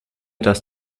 das